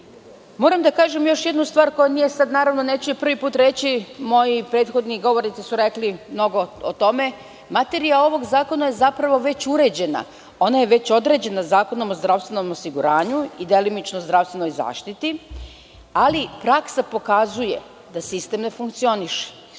dete. Moram da kažem još jednu stvar, neću je prvi put reći, moj prethodni govornici su rekli mnogo o tome, materija ovog zakona je zapravo već uređena. Ona je određena Zakonom o zdravstvenom osiguranju i delimično Zakonom o zdravstvenoj zaštiti, ali praksa pokazuje da sistem ne funkcioniše,